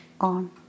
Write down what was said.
on